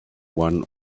one